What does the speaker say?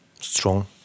strong